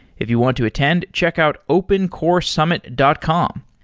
if you want to attend, check out opencoresummit dot com.